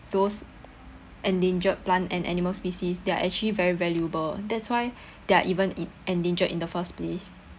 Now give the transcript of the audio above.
those endangered plant and animal species they are actually very valuable that's why they're even e~ endangered in the first place